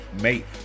mate